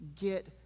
get